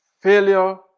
failure